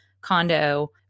condo